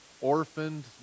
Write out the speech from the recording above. orphaned